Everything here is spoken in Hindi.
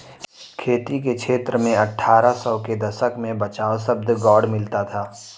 खेती के क्षेत्र में अट्ठारह सौ के दशक में बचाव शब्द गौण मिलता है